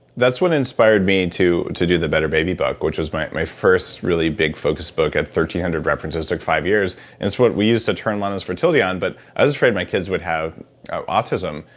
that's what inspired me to to do the better baby book, which was my my first really big focus book, had one hundred references, took five years. and it's what we used to turn lana's fertility on, but i was afraid my kids would have autism,